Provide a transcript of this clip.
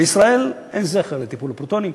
בישראל אין זכר לטיפול בפרוטונים,